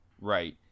Right